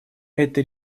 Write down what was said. этой